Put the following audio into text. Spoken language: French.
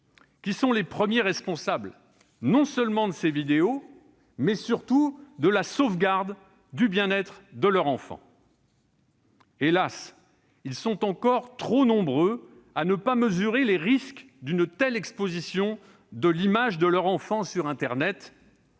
sont les premiers responsables non seulement de ces vidéos, mais surtout de la sauvegarde du bien-être de leur enfant. Hélas, ils sont encore trop nombreux à ne pas mesurer les risques d'une telle exposition de l'image de leur enfant sur internet,